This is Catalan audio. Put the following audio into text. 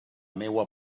meua